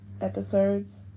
episodes